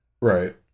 right